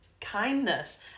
kindness